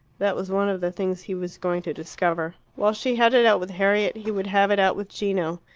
that was one of the things he was going to discover. while she had it out with harriet, he would have it out with gino.